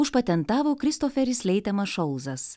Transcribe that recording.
užpatentavo kristoferis leitemas šolzas